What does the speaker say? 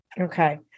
Okay